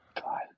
God